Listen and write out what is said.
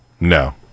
No